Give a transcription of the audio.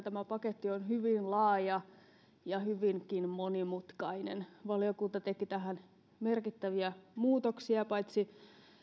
tämä paketti on hyvin laaja ja hyvinkin monimutkainen valiokunta teki tähän merkittäviä muutoksia paitsi